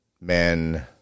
men